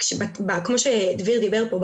כמו שדביר דיבר פה,